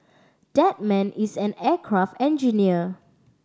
that man is an aircraft engineer